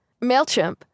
MailChimp